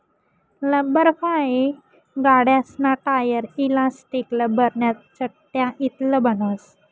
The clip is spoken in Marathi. लब्बरफाइ गाड्यासना टायर, ईलास्टिक, लब्बरन्या चटया इतलं बनस